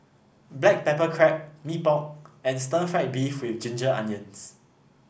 Black Pepper Crab Mee Pok and Stir Fried Beef with Ginger Onions